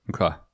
okay